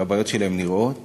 שהבעיות שלהם נראות